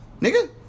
nigga